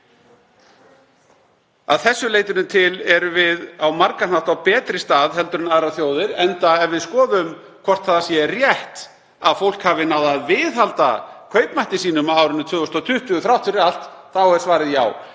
Að þessu leytinu til erum við á margan hátt á betri stað en aðrar þjóðir. Ef við skoðum hvort það sé rétt að fólk hafi náð að viðhalda kaupmætti sínum á árinu 2020 þrátt fyrir allt, þá er svarið já;